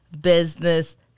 business